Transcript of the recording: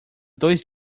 dois